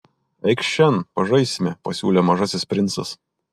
eikš šen pažaisime pasiūlė mažasis princas